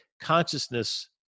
Consciousness